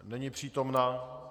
Není přítomna.